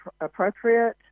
appropriate